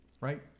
right